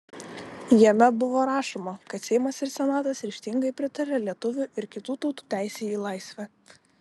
jame buvo rašoma kad seimas ir senatas ryžtingai pritaria lietuvių ir kitų tautų teisei į laisvę